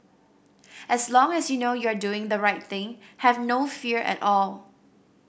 as long as you know you are doing the right thing have no fear at all